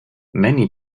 many